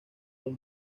los